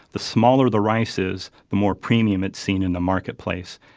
the smaller the rice is, the more premium it's seen in the marketplace.